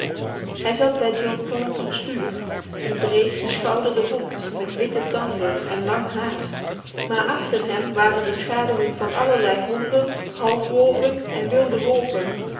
hij zat bij john thornton's vuur een breedgeschouderde hond met witte tanden en lang haar maar achter hem waren de schaduwen van allerlei honden halfwolven en wilde wolven